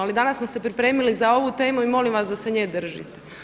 Ali danas smo se pripremili za ovu temu i molim vas da se nje držite.